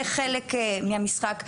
זה חלק מהמשחק.